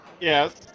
Yes